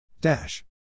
Dash